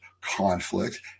conflict